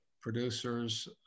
producers